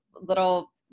little